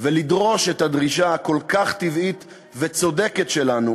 ולדרוש את הדרישה הכל-כך טבעית והצודקת שלנו